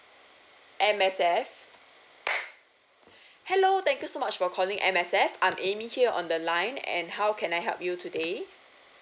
M_S_F hello thank you so much for calling M_S_F I'm Amy here on the line and how can I help you today